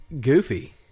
goofy